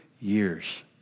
years